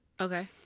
Okay